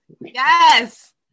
yes